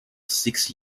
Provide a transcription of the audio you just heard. six